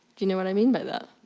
you know what i mean by that?